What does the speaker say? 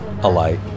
alight